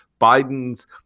Biden's